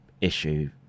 issue